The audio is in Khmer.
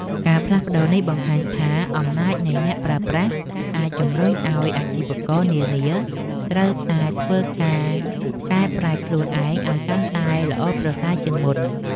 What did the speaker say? ការផ្លាស់ប្តូរនេះបង្ហាញថាអំណាចនៃអ្នកប្រើប្រាស់អាចជម្រុញឲ្យអាជីវកម្មនានាត្រូវតែធ្វើការកែប្រែខ្លួនឯងឲ្យកាន់តែល្អប្រសើរជាងមុន។